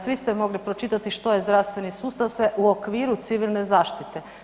Svi ste mogli pročitati što je zdravstveni sustav sve u okviru civilne zaštite.